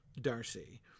Darcy